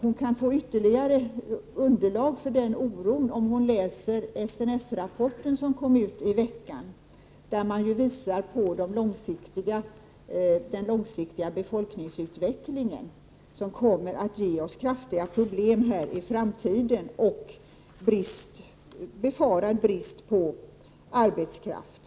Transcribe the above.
Hon kan få ytterligare underlag för den oron om hon läser SNS-rapporten som kom ut i veckan, där man ju visar på den långsiktiga befolkningsutvecklingen som kommer att ge oss kraftiga problem i framtiden och en befarad brist på arbetskraft.